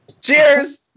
Cheers